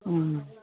অঁ